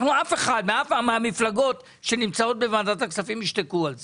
אף אחת מהמפלגות שנמצאות בוועדת הכספים לא ישתקו על זה.